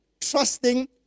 trusting